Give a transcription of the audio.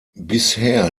bisher